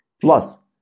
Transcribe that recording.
plus